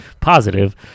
positive